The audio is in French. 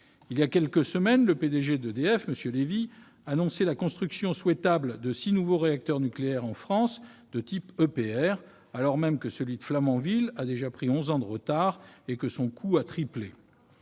Il y a quelques semaines, le P-DG d'EDF, M. Lévy, annonçait la construction souhaitable de six nouveaux réacteurs nucléaires en France de type EPR, alors même que celui de Flamanville a déjà pris onze ans de retard et que son coût a triplé